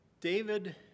David